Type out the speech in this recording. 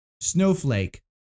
Snowflake